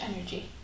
energy